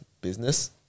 business